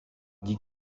dit